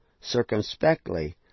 circumspectly